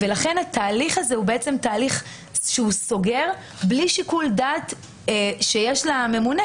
לכן התהליך הזה הוא תהליך שסוגר בלי שיקול דעת שיש לממונה,